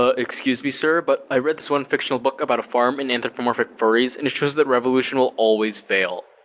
ah excuse me sir, but i read this one fictional book about a farm and anthropomorphic furries and it shows that revolution will always fail.